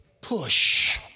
Push